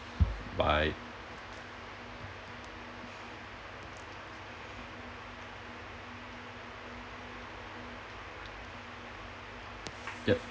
bye yup